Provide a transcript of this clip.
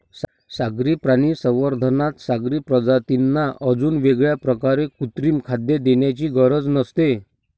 सागरी प्राणी संवर्धनात सागरी प्रजातींना अजून वेगळ्या प्रकारे कृत्रिम खाद्य देण्याची गरज नसते